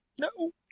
no